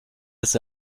das